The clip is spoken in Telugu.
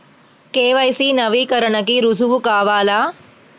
కే.వై.సి నవీకరణకి రుజువు కావాలా?